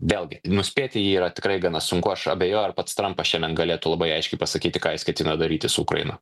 vėlgi nuspėti jį yra tikrai gana sunku aš abejoju ar pats trampas šiandien galėtų labai aiškiai pasakyti ką jis ketina daryti su ukraina